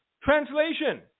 Translation